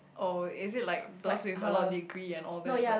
oh is it like those with a lot of degree and all that but